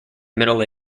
middle